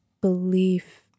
belief